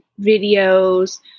videos